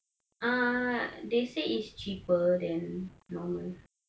uh they say is cheaper than normal than owning status as the